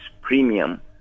premium